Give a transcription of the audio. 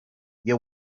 you